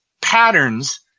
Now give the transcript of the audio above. patterns